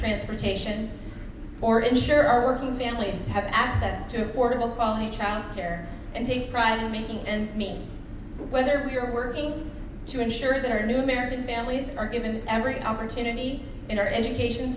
transportation or ensure our working families have access to affordable quality child care and take pride in making ends meet whether we are working to ensure that our new american families are given every opportunity in our education